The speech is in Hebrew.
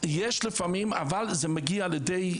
יש לפעמים שזה מגיע לידי,